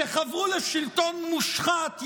שחברו לשלטון מושחת,